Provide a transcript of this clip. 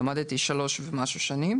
למדתי כשלוש שנים,